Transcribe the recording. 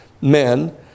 men